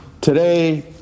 today